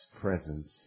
presence